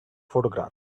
photograph